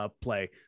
play